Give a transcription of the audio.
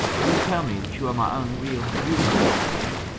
do tell me that you are my own, real, beautiful north wind.